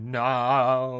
now